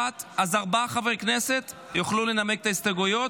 ארבעה חברי כנסת יוכלו לנמק את ההסתייגויות.